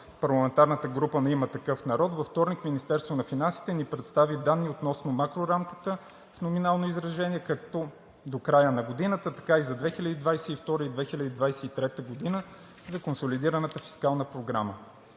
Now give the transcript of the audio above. парламентарната група на „Има такъв народ“, във вторник Министерството на финансите ни представи данни относно макрорамката в номинално изражение както докрая на годината, така и за 2022-а и 2023 г. за консолидираната фискална програма.